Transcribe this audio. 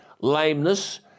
lameness